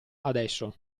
adesso